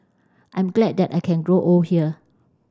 I'm glad that I can grow old here